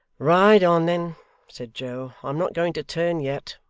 ride on then said joe. i'm not going to turn yet